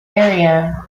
area